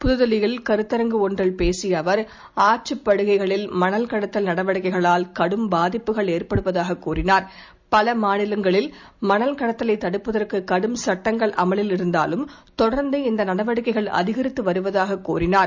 புதுதில்லியில் கருத்தரங்கு ஒன்றில் பேசியஅவர் ஆற்றுப் படுகைகளில் மணல் கடத்தல் நடவடிக்கைகளால் கடும் பாதிப்புகள் ஏற்படுவதாககூறினார் பலமாசிலங்களில் மணல்ககடத்தலைத் தடுப்பதற்குகடும் சட்டங்கள் அமலில் இருந்தாலும் தொடர்ந்து இந்தநடவடிக்கைகள் அதிகரித்துவருவதாககூறினார்